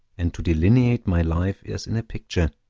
and to delineate my life as in a picture,